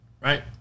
right